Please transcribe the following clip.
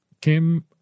Kim